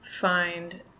find